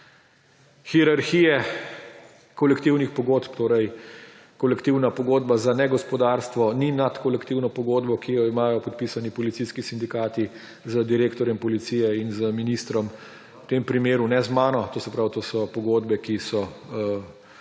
hierarhije kolektivnih pogodb. Kolektivna pogodba za negospodarstvo ni nad kolektivno pogodbo, ki jo imajo podpisani policijski sindikati z direktorjem policije in z ministrom. V tem primeru ne z menoj, to se pravi, to so pogodbe, ki so